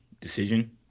decision